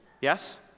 Yes